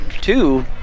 two